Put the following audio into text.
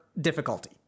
difficulty